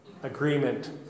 Agreement